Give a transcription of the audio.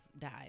died